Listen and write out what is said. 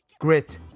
Grit